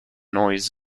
noise